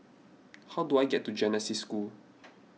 how do I get to Genesis School